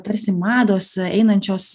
tarsi mados einančios